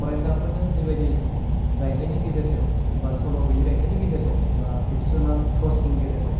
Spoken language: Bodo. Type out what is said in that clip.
फरायसाफोरनो जिबायदि रायथायनि गेजेरजों बा सल' गैयै रायथायनि गेजेरजों बा फिक्सक्स'नेल फ्रस गेजेरजों